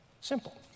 Simple